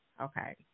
Okay